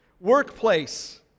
Workplace